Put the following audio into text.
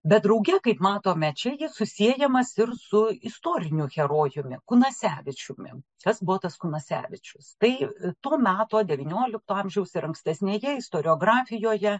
bet drauge kaip matome čia susiejamas ir su istoriniu herojumi kunasevičiumi kas buvo tas kunasevičius tai to meto devyniolikto amžiaus ir ankstesnėje istoriografijoje